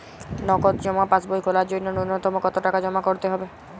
নগদ জমা পাসবই খোলার জন্য নূন্যতম কতো টাকা জমা করতে হবে?